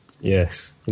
Yes